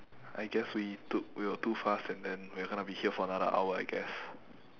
I guess we took we were too fast and then we are gonna be here for another hour I guess